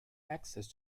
access